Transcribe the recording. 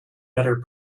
better